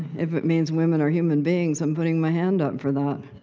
if it means women are human beings, i'm putting my hand up for that.